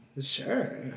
Sure